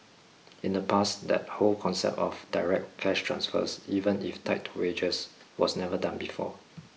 in the past that whole concept of direct cash transfers even if tied to wages was never done before